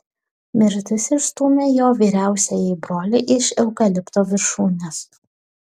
mirtis išstūmė jo vyriausiąjį brolį iš eukalipto viršūnės